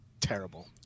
terrible